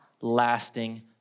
lasting